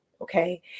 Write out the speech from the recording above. Okay